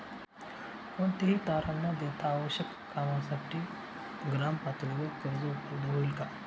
कोणतेही तारण न देता आवश्यक कामासाठी ग्रामपातळीवर कर्ज उपलब्ध होईल का?